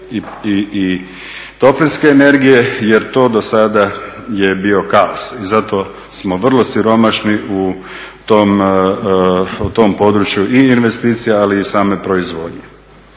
i toplinske energije jer to dosada je bio kaos i zato smo vrlo siromašni u tom području i investicija ali i same proizvodnje.